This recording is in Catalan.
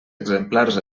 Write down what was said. exemplars